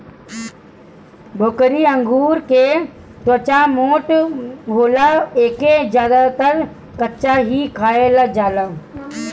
भोकरी अंगूर के त्वचा मोट होला एके ज्यादातर कच्चा ही खाईल जाला